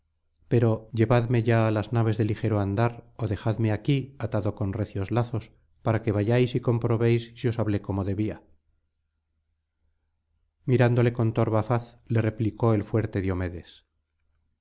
pero llevadme ya á las naves de ligero andar ó dejadme aquí atado con recios lazos para que vayáis y comprobéis si os hablé como debia mirándole con torva faz le replicó el fuerte diomedes